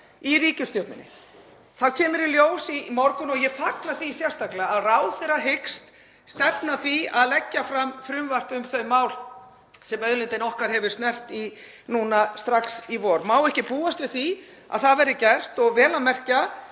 í ríkisstjórninni. Það kom í ljós í morgun, og ég fagna því sérstaklega, að ráðherra hyggst stefna að því að leggja fram frumvarp um þau mál sem Auðlindin okkar hefur snert á strax í vor. Má ekki búast við því að það verði gert? Vel að merkja